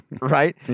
right